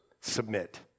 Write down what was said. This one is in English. submit